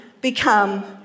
become